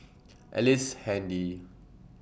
Ellice Handy